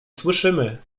słyszymy